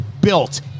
built